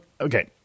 okay